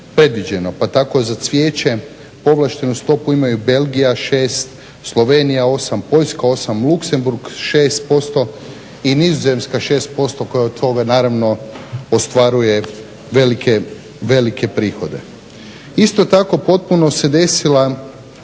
Pa tako za cvijeće povlaštenu stopu imaju Belgija 6, Slovenija 8, Poljska 8, Luksemburg 6% i Nizozemska 6% koja od toga naravno ostvaruje velike, velike prihode. Isto tako potpuno se desila